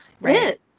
Right